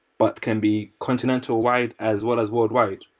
but can be continental-wide as well as worldwide.